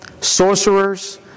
sorcerers